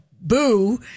boo